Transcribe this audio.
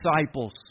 disciples